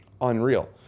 unreal